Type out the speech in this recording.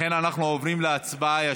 ולכן אנחנו עוברים ישר להצבעה.